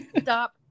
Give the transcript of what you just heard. stop